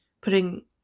putting